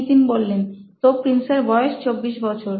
নিতিন তো প্রিন্স এর বয়স 24 বছর